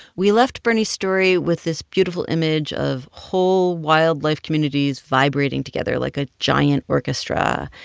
we left bernie's story with this beautiful image of whole wildlife communities vibrating together like a giant orchestra.